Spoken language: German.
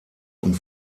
und